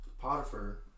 Potiphar